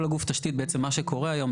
בעצם מה שקורה היום,